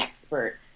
expert